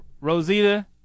Rosita